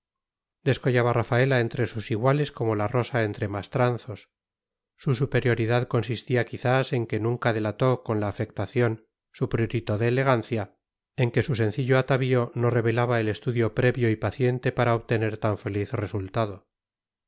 descollaba rafaela entre sus iguales como la rosa entre mastranzos su superioridad consistía quizás en que nunca delató con la afectación su prurito de elegancia en que su sencillo atavío no revelaba el estudio previo y paciente para obtener tan feliz resultado